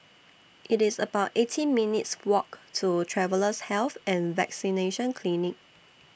It's about eighteen minutes' Walk to Travellers' Health and Vaccination Clinic